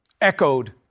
echoed